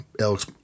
Alex